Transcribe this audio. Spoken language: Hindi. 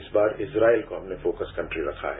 इस बार इम्राइल को हमने फोकस कंट्री रखा है